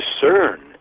discern